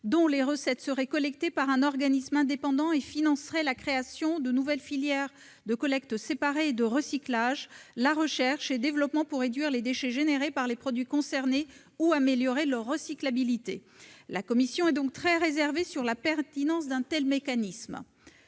dont les recettes, collectées par un organisme indépendant, financeraient la création de nouvelles filières de collecte séparée de recyclage, la recherche et développement pour réduire les déchets générés par les produits concernés ou améliorer leur recyclabilité. La commission est très réservée sur la pertinence d'un tel mécanisme.